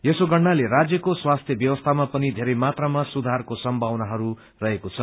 यसो गन्रले राज्यको स्वास्यि व्यवस्थामा पनि धेरै मात्रामा सुधारको सम्भावनाहरू रहेको छ